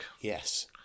Yes